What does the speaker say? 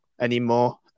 anymore